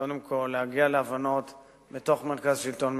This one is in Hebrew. קודם כול, להגיע להבנות בתוך מרכז השלטון המקומי,